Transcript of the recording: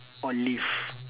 on leave